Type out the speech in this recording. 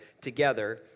together